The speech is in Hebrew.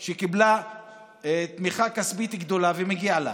היא קיבלה תמיכה כספית גדולה ומגיע לה.